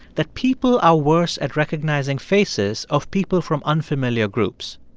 that people are worse at recognizing faces of people from unfamiliar groups.